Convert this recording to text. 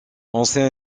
ancien